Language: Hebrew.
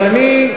אבל אני,